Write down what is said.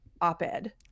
op-ed